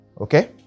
Okay